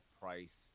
price